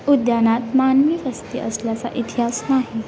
उद्यानात मानवी वस्ती असल्याचा इतिहास नाही